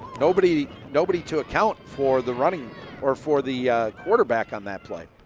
nobody nobody to account for the running or for the quarterback on that play.